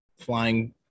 flying